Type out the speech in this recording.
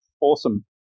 Awesome